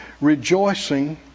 Rejoicing